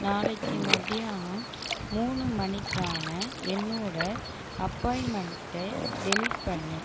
நாளைக்கு மத்தியானம் மூணு மணிக்கான என்னோடய அப்பாயிண்ட்மெண்ட்டை டெலீட் பண்ணு